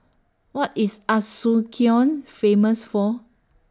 What IS Asuncion Famous For